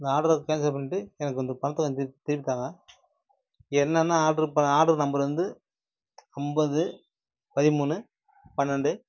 இந்த ஆட்ரை கேன்சல் பண்ணிட்டு எனக்கு அந்த பணத்தை வந்து திருப்பி தாங்க என்னென்ன ஆட்ரு பண்ண ஆடர் நம்பர் வந்து ஐம்பது பதிமூணு பன்னெண்டு